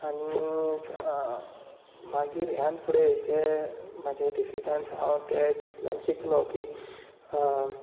आनी मागीर ह्यान फुडें जें म्हाजें डिसीजन्स हांव त्या हितूंतल्यान शिकलो की